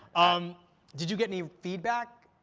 um did you get any feedback?